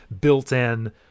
built-in